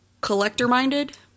Collector-minded